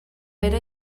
pere